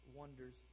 wonders